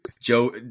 Joe